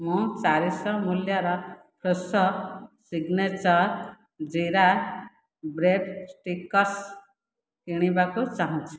ମୁଁ ଚାରି ଶହ ମୂଲ୍ୟର Fresho signature jeera bread sticks କିଣିବାକୁ ଚାହୁଁଛି